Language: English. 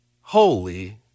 holy